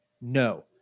no